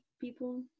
people